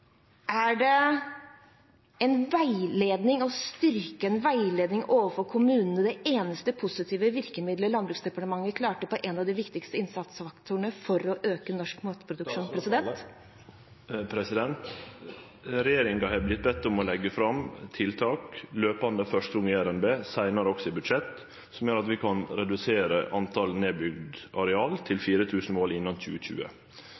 å styrke en veiledning overfor kommunene det eneste positive virkemiddelet som Landbruks- og matdepartementet klarte å få til når det gjelder en av de viktigste innsatsfaktorene for å øke norsk matproduksjon? Regjeringa har vorte beden om å leggje fram tiltak jamleg, første gongen i revidert nasjonalbudsjett, seinare også i budsjett, som gjer at vi kan redusere talet på mål med nedbygd jordbruksareal til 4 000 innan 2020.